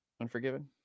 Unforgiven